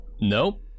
Nope